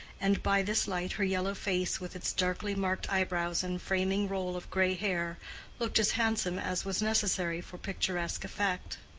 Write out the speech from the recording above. and by this light her yellow face with its darkly-marked eyebrows and framing roll of gray hair looked as handsome as was necessary for picturesque effect.